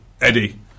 Eddie